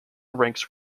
ranks